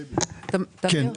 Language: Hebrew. כן.